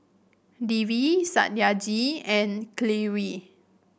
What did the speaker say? Devi Satyajit and Kalluri